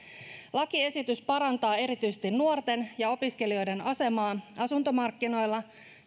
lakiesitys parantaa erityisesti nuorten ja opiskelijoiden asemaa asuntomarkkinoilla